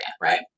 right